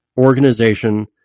organization